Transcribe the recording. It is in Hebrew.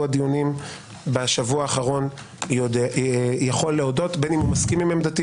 הדיונים בשבוע האחרון יכול להודות בין הוא מסכים עם עמדתי